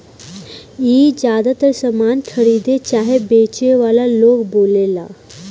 ई ज्यातर सामान खरीदे चाहे बेचे वाला लोग बोलेला